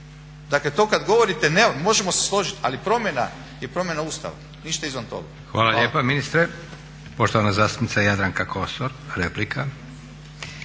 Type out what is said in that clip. Dakle to kada govorite, možemo se složiti ali promjena je promjena Ustava, ništa izvan toga. **Leko, Josip (SDP)** Hvala lijepa ministre. Poštovana zastupnica Jadranka Kosor, replika.